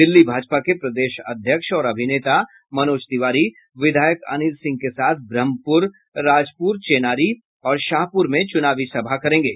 दिल्ली भाजपा के प्रदेश अध्यक्ष और अभिनेता मनोज तिवारी विधायक अनिल सिंह के साथ ब्रम्हपूर राजपूर चेनारी और शाहपुर में चुनावी सभा करेंगे